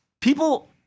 People